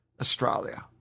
Australia